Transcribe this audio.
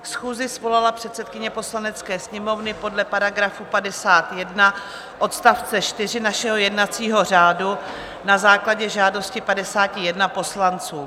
Schůzi svolala předsedkyně Poslanecké sněmovny podle § 51 odst. 4 našeho jednacího řádu na základě žádosti 51 poslanců.